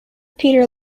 peter